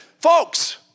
Folks